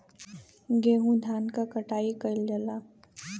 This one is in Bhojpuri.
गेंहू धान क कटाई कइल जाला